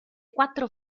quattro